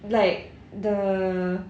like the